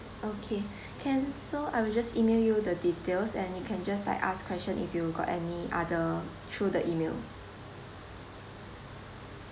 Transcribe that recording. okay can so I will just email you the details and you can just like ask question if you got any other through the email